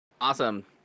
Awesome